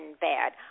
bad